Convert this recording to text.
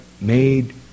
made